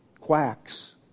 quacks